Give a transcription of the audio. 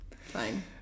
Fine